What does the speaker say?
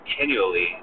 continually